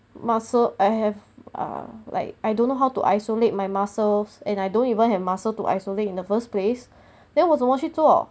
muscle I have uh like I don't know how to isolate my muscles and I don't even have muscle to isolate in the first place then 我怎么去做